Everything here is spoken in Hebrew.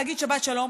להגיד שבת שלום,